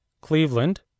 Cleveland